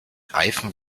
reifen